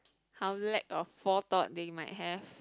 how lack of forethought they might have